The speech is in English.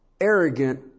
arrogant